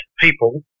people